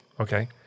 Okay